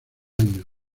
año